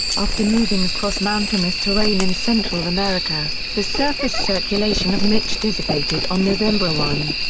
after moving across mountainous terrain in central america, the surface circulation of mitch dissipated on november one.